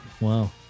Wow